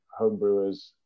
homebrewers